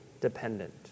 dependent